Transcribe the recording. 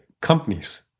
companies